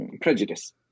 prejudice